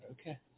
okay